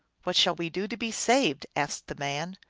what shall we do to be saved? asked the man.